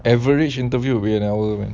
average interview away an hour man